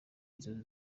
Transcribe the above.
inzozi